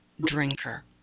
drinker